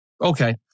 Okay